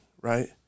right